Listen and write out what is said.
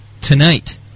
Tonight